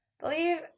believe –